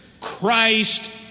Christ